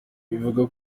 ivuga